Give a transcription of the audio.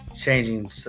Changing